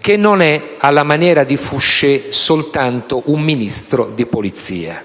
che non è, alla maniera di Fouché, soltanto un Ministro di Polizia.